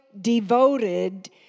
devoted